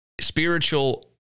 Spiritual